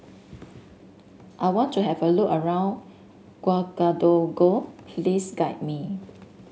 I want to have a look around Ouagadougou please guide me